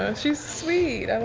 and she's sweet.